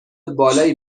بالایی